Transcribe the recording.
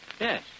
Yes